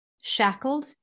shackled